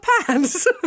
pants